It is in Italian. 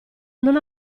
non